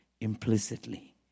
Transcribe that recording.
implicitly